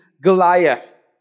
Goliath